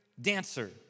dancer